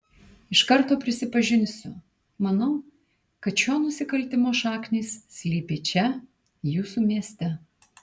iš karto prisipažinsiu manau kad šio nusikaltimo šaknys slypi čia jūsų mieste